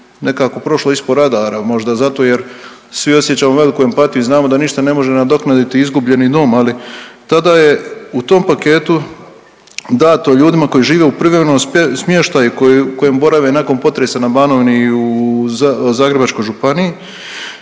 nekako prošlo ispod radara, možda zato jer svi osjećamo veliku empatiju i znamo da ništa ne može nadoknaditi izgubljeni dom, ali tada je u tom paketu dato ljudima koji žive u privremenom smještaju i koji, u kojem borave nakon potresa na Banovini i u Zagrebačkoj županiji,